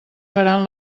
faran